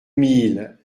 mille